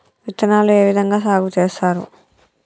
విత్తనాలు ఏ విధంగా సాగు చేస్తారు?